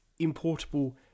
importable